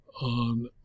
on